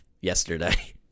yesterday